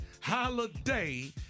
Holiday